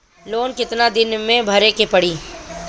Loan कितना दिन मे भरे के पड़ी?